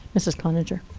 mrs. cloninger.